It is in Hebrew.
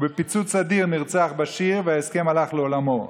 ובפיצוץ אדיר נרצח באשיר וההסכם הלך לעולמו.